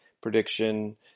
prediction